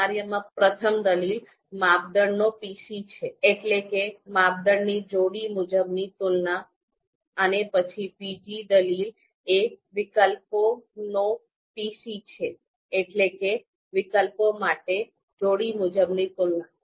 આ કાર્યમાં પ્રથમ દલીલ માપદંડ નો પીસી છે એટલે કે માપદંડની જોડી મુજબની તુલના અને પછી બીજી દલીલ એ વિકલ્પો નો પીસી છે એટલે કે વિકલ્પો માટે જોડી મુજબની તુલના